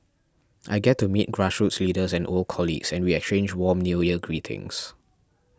I get to meet grassroots leaders and old colleagues and we exchange warm New Year greetings